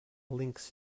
links